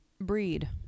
breed